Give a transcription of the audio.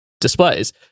displays